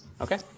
okay